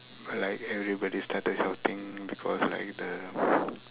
like everybody started shouting because like the